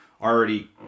already